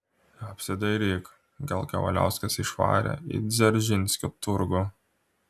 apsidairyk gal kavaliauskas išvarė į dzeržinskio turgų